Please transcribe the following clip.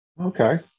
Okay